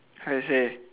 how to say